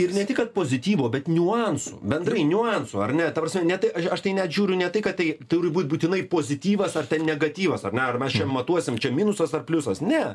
ir ne tik kad pozityvo bet niuansų bendrai niuansų ar ne ta prasme ne tai aš tai net žiūriu ne tai kad tai turi būt būtinai pozityvas ar negatyvas ar ne ar mes čia matuosim čia minusas ar pliusas ne